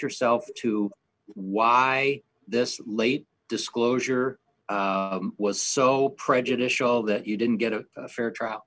yourself to why this late disclosure was so prejudicial that you didn't get a fair trial